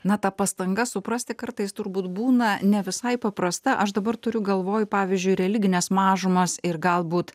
na ta pastanga suprasti kartais turbūt būna ne visai paprasta aš dabar turiu galvoj pavyzdžiui religines mažumas ir galbūt